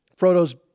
Frodo's